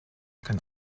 kann